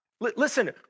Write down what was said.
Listen